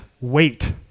wait